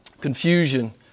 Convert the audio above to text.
confusion